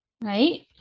right